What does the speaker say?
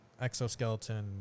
exoskeleton